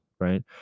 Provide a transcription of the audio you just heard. right